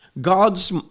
god's